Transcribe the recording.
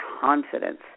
confidence